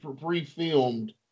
pre-filmed